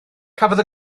cafodd